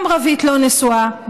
גם רווית לא נשואה,